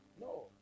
No